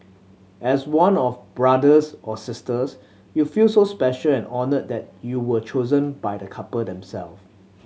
as one of brothers or sisters you feel so special and honoured that you were chosen by the couple them self